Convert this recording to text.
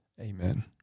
amen